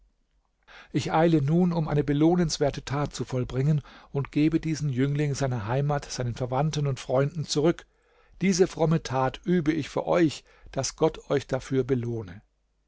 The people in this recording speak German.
ich eile nun um eine belohnungswerte tat zu vollbringen und gebe diesen jüngling seiner heimat seinen verwandten und freunden zurück diese fromme tat übe ich für euch daß gott euch dafür belohne